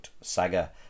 saga